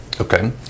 Okay